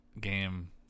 game